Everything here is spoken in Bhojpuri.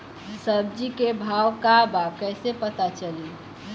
सब्जी के भाव का बा कैसे पता चली?